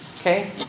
Okay